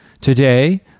Today